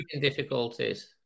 difficulties